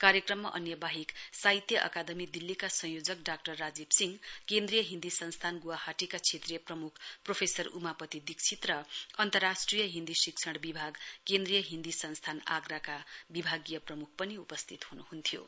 कार्यक्रममा अन्य वाहेक साहित्य अकादमी दिल्लीका संयोजक डाक्टर राजीव सिंह केन्द्रीय हिन्दी संस्थान गुवाहाटी का क्षेत्रीय प्रमुख प्रोफेसर उमापती दीक्षित अन्तराष्ट्रिय हिन्दी शिक्षण विभाग केन्द्रीय हिन्दी संस्थान आग्राका विभागीय प्रमुख उपस्थित हुनुहुन्थ्यो